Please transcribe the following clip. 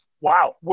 wow